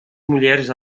mulheres